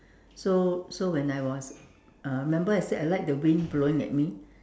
so so when I was uh remember I said I like when the wind blowing at me